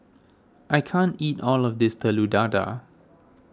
I can't eat all of this Telur Dadah